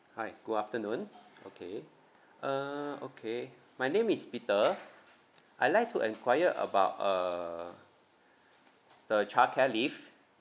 hi good afternoon okay uh okay my name is peter I'd like to enquire about uh the childcare leave